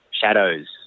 shadows